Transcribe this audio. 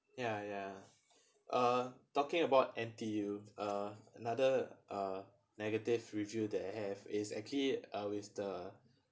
ya ya uh talking about N_T_U uh another uh negative review that I have is actually uh with the